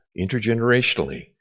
intergenerationally